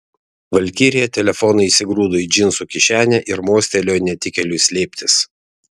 valkirija telefoną įsigrūdo į džinsų kišenę ir mostelėjo netikėliui slėptis